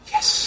Yes